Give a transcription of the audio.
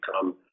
become